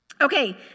Okay